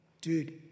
Dude